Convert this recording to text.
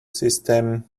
system